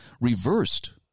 reversed